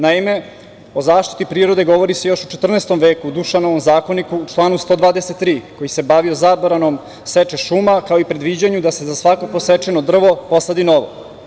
Naime, o zaštiti prirode govori se još u 14. veku u Dušanom zakoniku, u članu 123, koji se bavio zabranom seče šuma, kao i predviđanju da se za svako posečeno drvo posadi novo.